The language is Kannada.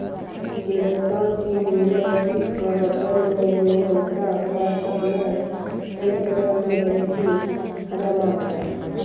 ಗಿಡದಾಗಿಂದ ಸಿಕ್ಕ ರಬ್ಬರಿನ ಎಣ್ಣಿಯಂತಾ ಪದಾರ್ಥಾನ ಯಂತ್ರಗಳನ್ನ ಬಳಸಿ ಹದಾ ಮಾಡತಾರ